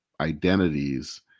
identities